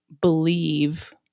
believe